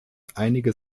einige